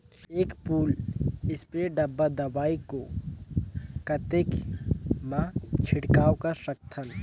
एक full spray डब्बा दवाई को कतेक म छिड़काव कर सकथन?